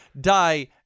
die